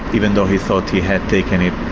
even though he thought he had taken it.